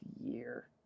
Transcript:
year